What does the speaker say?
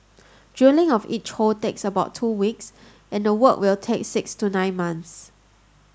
drilling of each hole takes about two weeks and the work will take six to nine months